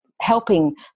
helping